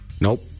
Nope